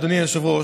אדוני היושב-ראש.